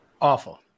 Awful